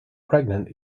pregnant